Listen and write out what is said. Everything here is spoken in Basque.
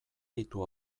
ditu